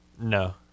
No